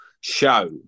show